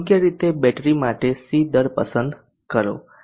યોગ્ય રીતે બેટરી માટે C દર પસંદ કરો